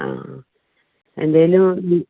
ആ എന്തായാലും ലി